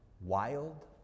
wild